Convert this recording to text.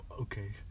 okay